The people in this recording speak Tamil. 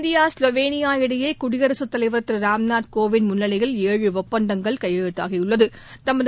இந்தியா ஸ்லோவேனியா இடையேகுடியரசுத் தலவர் திருராம்நாத் கோவிந்த் முன்னிலையில் ஏழு ஒப்பந்தங்கள் கையெழுத்தாகியுள்ளது